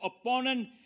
opponent